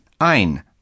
ein